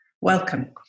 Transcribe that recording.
Welcome